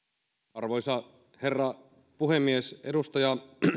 arvoisa herra puhemies edustaja